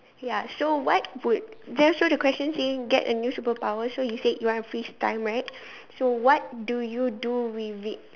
ya so what would just now the question saying get a new superpower so you said you want to freeze time right so what do you do with it